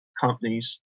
companies